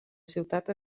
ciutat